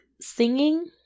singing